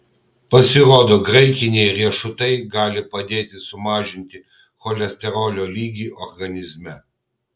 pasirodo graikiniai riešutai gali padėti sumažinti cholesterolio lygį organizme